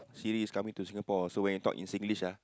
Siri is coming to Singapore so when it talk in Singlish ah